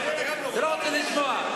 לא ניתן לכם, לא ניתן לך לדבר.